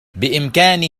بإمكانه